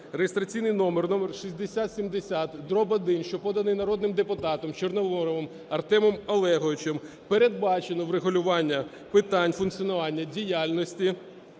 реєстраційний номер 6070-1, що поданий народним депутатом Чорноморовим Артемом Олеговичем, передбачено врегулювання питань функціонування діяльності